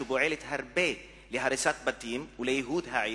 שפועלת הרבה להריסת בתים וייהוד העיר.